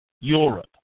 Europe